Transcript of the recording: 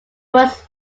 was